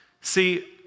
See